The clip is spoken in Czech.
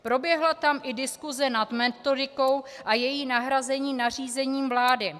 Proběhla tam i diskuse nad metodikou a její nahrazení nařízením vlády.